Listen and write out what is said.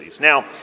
Now